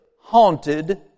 haunted